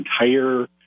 entire